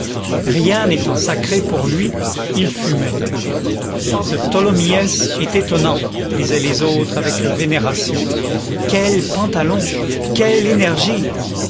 rien n'étant sacré pour lui il fumait ce tholomyès est étonnant disaient les autres avec vénération quels pantalons quelle énergie